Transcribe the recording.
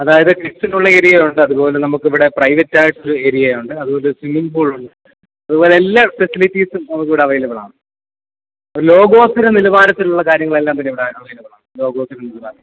അതായത് കിഡ്സിനുള്ള ഏരിയയുണ്ട് അതുപോലെ നമുക്കിവിടെ പ്രൈവറ്റ് ആയിട്ടൊരു ഏരിയയുണ്ട് അതുപോലെ സ്വിമ്മിങ് പൂളുണ്ട് അതുപോലെ എല്ലാ ഫെസിലിറ്റീസും നമുക്കിവിടെ അവൈലബിൾ ആണ് ലോകോത്തര നിലവാരത്തിലുള്ള കാര്യങ്ങളെല്ലാം തന്നെ ഇവിടെ അവൈലബിൾ ആണ് ലോകോത്തരനിലവാരം